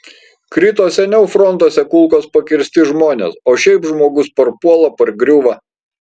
krito seniau frontuose kulkos pakirsti žmonės o šiaip žmogus parpuola pargriūva